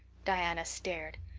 diana stared.